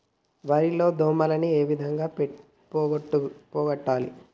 వరి లో దోమలని ఏ విధంగా పోగొట్టాలి?